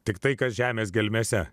tiktai kad žemės gelmėse